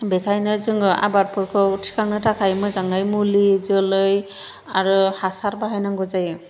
बेखायनो जोङो आबादफोरखौ थिखांनो थाखाय मोजाङै मुलि जोलै आरो हासार बाहायनांगौ जायो